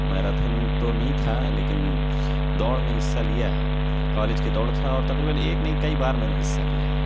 marathon تو نہیں تھا لیکن دوڑ میں حصہ لیا ہے کالج کے دوڑ تھا تقریباً ایک نہیں کئی بار میں نے حصہ لیا ہے